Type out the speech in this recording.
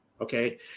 okay